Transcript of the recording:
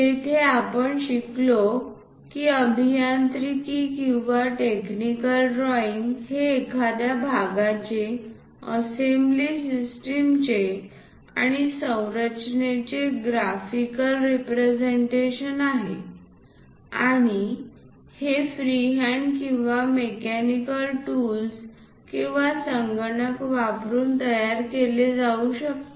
तेथे आपण शिकलो की अभियांत्रिकी किंवा टेक्निकल ड्रॉईंग हे एखाद्या भागाचे असेंब्ली सिस्टमचे किंवा संरचनेचे ग्राफिकल रिप्रेझेंटेशन आहे आणि हे फ्रीहँड किंवा मेकॅनिकल टूल्स किंवा संगणक वापरुन तयार केले जाऊ शकते